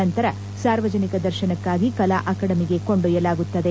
ನಂತರ ಸಾರ್ವಜನಿಕರ ದರ್ಶನಕ್ಷಾಗಿ ಕಲಾ ಅಕಾಡೆಮಿಗೆ ಕೊಂಡೊಯ್ಲಲಾಗುತ್ತದೆ